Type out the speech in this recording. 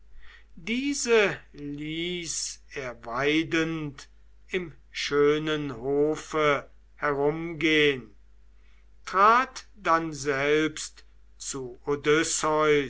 diese ließ er weidend im schönen hofe herumgehn trat dann selbst zu